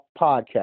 podcast